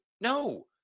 No